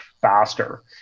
faster